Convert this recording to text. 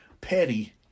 Petty